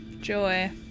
Joy